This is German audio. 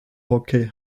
hockey